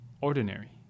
ordinary